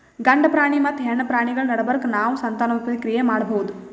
ಗಂಡ ಪ್ರಾಣಿ ಮತ್ತ್ ಹೆಣ್ಣ್ ಪ್ರಾಣಿಗಳ್ ನಡಬರ್ಕ್ ನಾವ್ ಸಂತಾನೋತ್ಪತ್ತಿ ಕ್ರಿಯೆ ಮಾಡಬಹುದ್